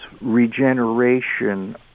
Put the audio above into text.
regeneration